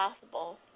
possible